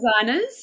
designers